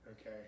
Okay